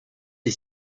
est